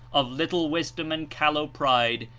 of little wisdom and callow pride.